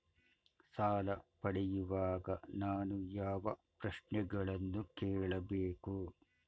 ಸಾಲ ಪಡೆಯುವಾಗ ನಾನು ಯಾವ ಪ್ರಶ್ನೆಗಳನ್ನು ಕೇಳಬೇಕು?